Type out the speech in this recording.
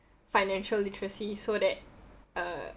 financial literacy so that uh